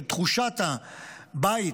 של תחושת הבית,